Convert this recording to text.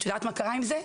את יודעת מה קרה עם זה,